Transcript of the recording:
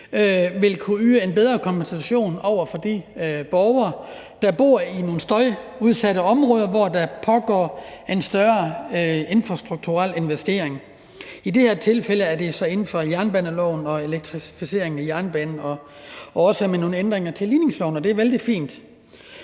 vil kunne yde en bedre kompensation til de borgere, der bor i nogle støjudsatte områder, hvor der pågår en større infrastrukturel investering. I det her tilfælde er det så inden for jernbaneloven og elektrificeringen af jernbanen, og der er også nogle ændringer i forhold til ligningsloven, og det er vældig fint.